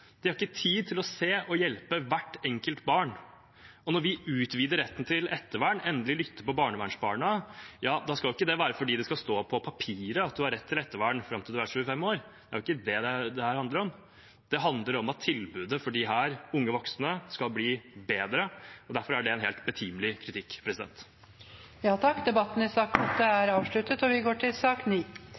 til å se og hjelpe hvert enkelt barn. Når vi utvider retten til ettervern og endelig lytter til barnevernsbarna, skal det ikke være fordi det skal stå på papiret at man har rett til ettervern fram til man er 25 år. Det er ikke det dette handler om, det handler om at tilbudet for disse unge voksne skal bli bedre. Derfor er det en helt betimelig kritikk. Flere har ikke bedt om ordet til sak nr. 8. Etter ønske fra familie- og kulturkomiteen vil presidenten ordne debatten slik: 3 minutter til